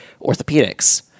orthopedics